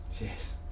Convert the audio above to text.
Yes